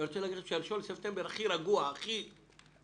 אני רוצה להגיד לכם שהראשון לספטמבר הכי רגוע באופן יחסי,